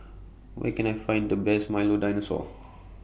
Where Can I Find The Best Milo Dinosaur